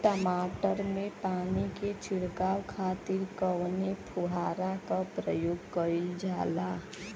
टमाटर में पानी के छिड़काव खातिर कवने फव्वारा का प्रयोग कईल जाला?